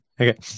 Okay